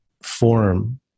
form